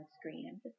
screen